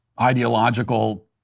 ideological